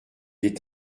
est